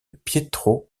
pietro